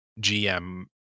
GM